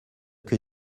que